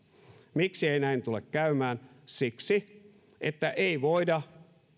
miksi ei näin tule käymään siksi ettei voida